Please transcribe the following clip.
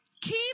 keep